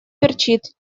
перчит